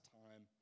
time